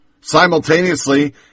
simultaneously